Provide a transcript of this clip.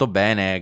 bene